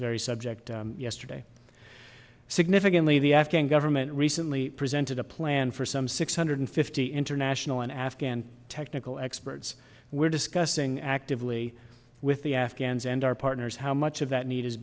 very subject yesterday significantly the afghan government recently presented a plan for some six hundred fifty international and afghan technical experts were discussing actively with the afghans and our partners how much of that need